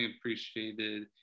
appreciated